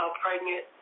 pregnant